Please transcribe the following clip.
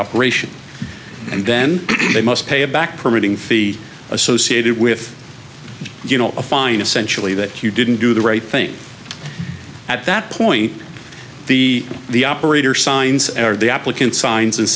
operation and then they must pay a back permitting fee associated with you know a fine essentially that you didn't do the right thing at that point the the operator signs or the applicant signs and